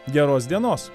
geros dienos